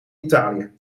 italië